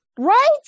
Right